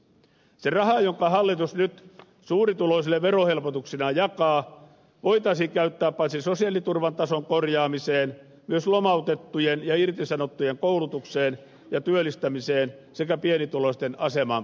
se raha jonka hallitus nyt suurituloisille verohelpotuksina jakaa voitaisiin käyttää paitsi sosiaaliturvan tason korjaamiseen myös lomautettujen ja irtisanottujen koulutukseen ja työllistämiseen sekä pienituloisten aseman parantamiseen